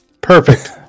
Perfect